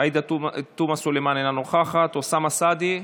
עאידה תומא סלימאן, אינה נוכחת, אוסאמה סעדי,